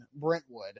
Brentwood